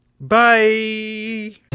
Bye